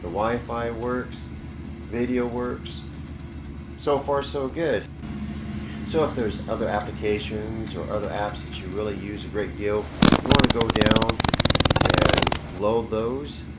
the wi-fi works video works so far so good so if there's other applications or other apps that you really use a great deal you want to go down and load those